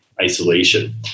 isolation